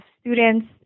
students